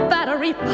Battery